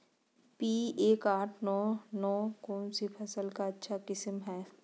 P एक आठ नौ नौ कौन सी फसल का अच्छा किस्म हैं?